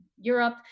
Europe